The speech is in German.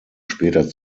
später